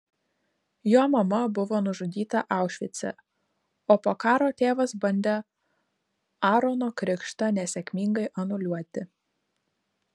jo mama buvo nužudyta aušvice o po karo tėvas bandė aarono krikštą nesėkmingai anuliuoti